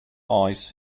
ice